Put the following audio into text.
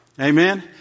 Amen